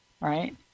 right